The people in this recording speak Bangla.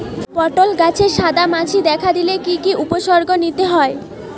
পটল গাছে সাদা মাছি দেখা দিলে কি কি উপসর্গ নিতে হয়?